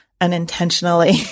unintentionally